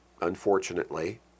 unfortunately